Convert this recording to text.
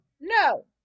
No